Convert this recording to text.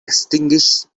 extinguished